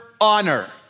honor